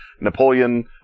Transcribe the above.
Napoleon